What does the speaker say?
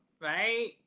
right